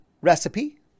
recipe